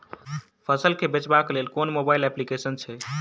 फसल केँ बेचबाक केँ लेल केँ मोबाइल अप्लिकेशन छैय?